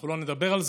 אנחנו לא נדבר על זה.